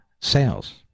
sales